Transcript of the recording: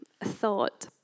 thought